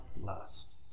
lust